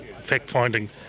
fact-finding